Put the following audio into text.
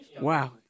Wow